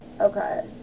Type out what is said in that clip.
Okay